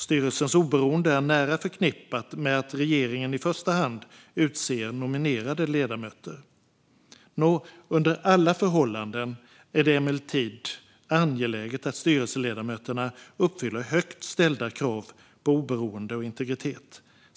Styrelsens oberoende är nära förknippat med att regeringen i första hand utser nominerade ledamöter. Under alla förhållanden är det emellertid angeläget att styrelseledamöterna uppfyller högt ställda krav på oberoende och integritet.